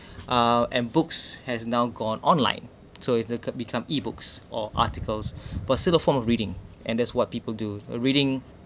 uh and books has now gone online so it become ebooks or articles but still the form of reading and that's what people do reading